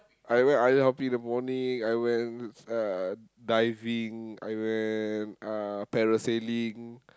I went island hopping in the morning I went uh diving I went uh parasailing